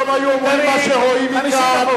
עד היום היו אומרים: מה שרואים מכאן,